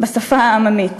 בשפה העממית.